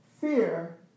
Fear